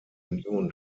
union